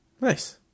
nice